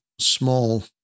small